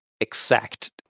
exact